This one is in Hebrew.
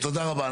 תודה רבה.